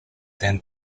than